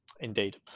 indeed